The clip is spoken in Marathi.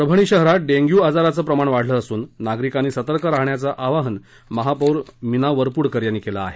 परभणी शहरात डेंग्यू आजाराचं प्रमाण वाढलं असून नागरिकांनी सतर्क राहण्याचं आवाहन महापौर मीना वरपूडकर यांनी केलं आहे